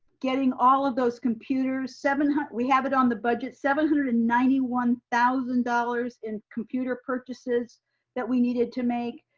getting all of those computers seven hundred, we have it on the budget seven hundred and ninety one thousand dollars in computer purchases that we needed to make,